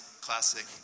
classic